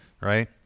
right